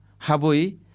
habui